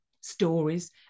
stories